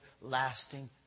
lasting